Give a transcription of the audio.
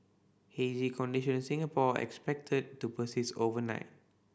hazy condition in Singapore expected to persist overnight